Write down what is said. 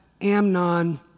Amnon